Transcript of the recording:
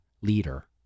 leader